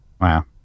Wow